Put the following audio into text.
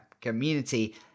community